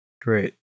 Great